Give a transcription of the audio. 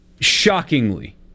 Shockingly